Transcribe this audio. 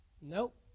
Nope